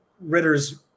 Ritter's